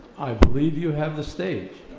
i believe you have the stage.